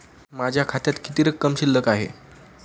माझ्या खात्यात किती रक्कम शिल्लक आहे?